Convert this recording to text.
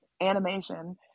animation